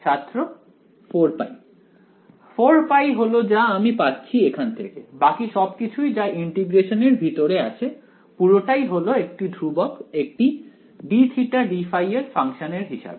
ছাত্র 4π 4π হলো যা আমি পাচ্ছি এখান থেকে বাকি সবকিছুই যা ইন্টিগ্রেশন এর ভিতরে আছে পুরোটাই হল একটি ধ্রুবক একটি dθdϕ এর ফাংশন এর হিসেবে